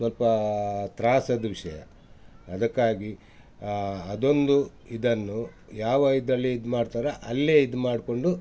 ಸ್ವಲ್ಪ ತ್ರಾಸದ ವಿಷಯ ಅದಕ್ಕಾಗಿ ಅದೊಂದು ಇದನ್ನು ಯಾವ ಇದರಲ್ಲಿ ಇದು ಮಾಡ್ತಾರೋ ಅಲ್ಲೇ ಇದು ಮಾಡಿಕೊಂಡು